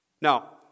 Now